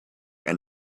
and